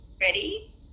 Ready